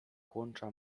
kłącza